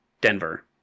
Denver